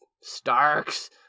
Starks